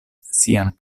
sian